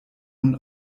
nun